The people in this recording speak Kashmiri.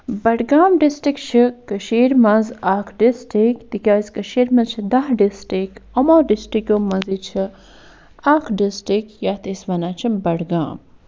بڈگام ڈِسٹرک چھُ کٔشیٖرِ منٛز اکھ ڈِسٹرٛک تِکیازِ کٔشیٖر منٛز چھِ دہ ڈَسٹرک یِمو ڈِسٹرکَو منٛزٕے چھِ اکھ ڈِسٹرک یَتھ أسۍ وَنان چھِ بڈگام